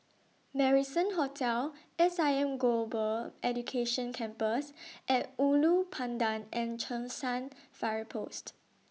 Marrison Hotel S I M Global Education Campus At Ulu Pandan and Cheng San Fire Post